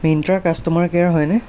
Myntra customer care হয়নে